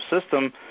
system